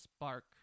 spark